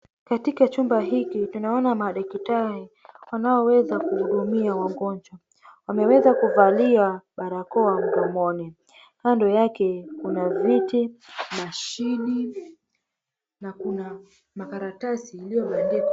Katika chumba hiki tunaona madaktari wanaonweza akuhudumia wagonjwa, wameweza kuvalia barakoa mdomoni kando yake kuna viti, mashini na kuna makaratasi yaliyovandikwa.